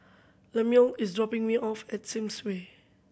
Lemuel is dropping me off at Sims Way